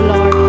Lord